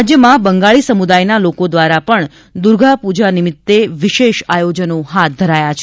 રાજ્યમાં બંગાળી સમુદાયના લોકો દ્વારા પણ દુર્ગાપૂજા નિમિત્તે વિશેષ આયોજનો હાથ ધરાયાં છે